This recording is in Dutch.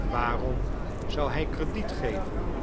waarom zou hij crediet geven